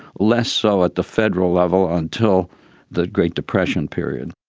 less so at the federal level until the great depression period.